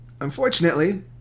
unfortunately